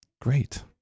Great